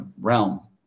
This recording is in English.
realm